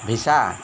visa